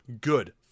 good